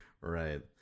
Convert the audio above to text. Right